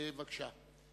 בבקשה.